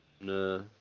No